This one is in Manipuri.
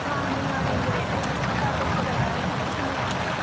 ꯑꯥ ꯅꯨꯡꯉꯥꯏꯔꯤꯌꯦ ꯑꯩꯁꯨ ꯆꯥꯛ ꯆꯥꯕ ꯇꯣꯛꯄꯗ ꯉꯥꯏꯔꯤ ꯇꯤ ꯚꯤ ꯁꯨꯝ ꯌꯦꯡꯉꯝꯕꯅꯦ